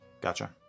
Gotcha